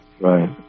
Right